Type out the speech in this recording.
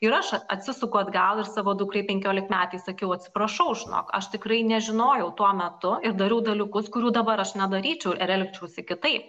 ir aš a atsisuku atgal ir savo dukrai penkiolikmetei sakiau atsiprašau žinok aš tikrai nežinojau tuo metu ir dariau dalykus kurių dabar aš nedaryčiau ir elgčiausi kitaip